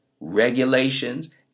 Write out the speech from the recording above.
regulations